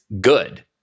good